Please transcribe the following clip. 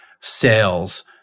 sales